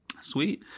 Sweet